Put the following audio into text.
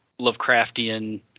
Lovecraftian